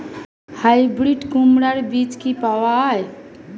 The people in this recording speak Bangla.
হাইব্রিড কুমড়ার বীজ কি পাওয়া য়ায়?